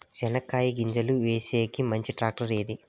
చెనక్కాయ గింజలు వేసేకి మంచి టాక్టర్ ఏది?